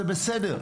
זה בסדר,